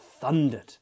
thundered